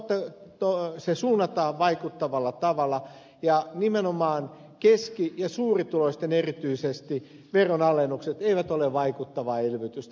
se suunnataan vaikuttavalla tavalla ja nimenomaan erityisesti keski ja suurituloisten veronalennukset eivät ole vaikuttavaa elvytystä